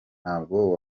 ntabwo